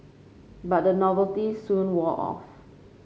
but the novelty soon wore off